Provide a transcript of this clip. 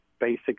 basic